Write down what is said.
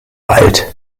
alt